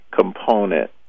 component